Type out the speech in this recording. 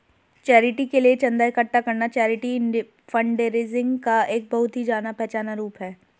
charity के लिए चंदा इकट्ठा करना चैरिटी फंडरेजिंग का एक बहुत ही जाना पहचाना रूप है